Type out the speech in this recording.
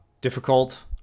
difficult